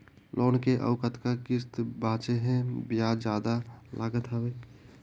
Loan के अउ कतका किस्त बांचें हे? ब्याज जादा लागत हवय,